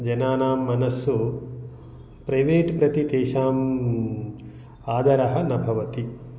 जनानां मनस्सु प्रेवेट् प्रति तेषां आदरः न भवति